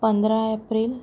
पंदरा एप्रील